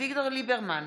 אביגדור ליברמן,